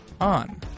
on